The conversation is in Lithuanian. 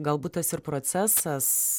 galbūt tas ir procesas